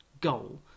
goal